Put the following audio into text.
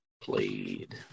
played